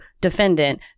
defendant